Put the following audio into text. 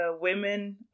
women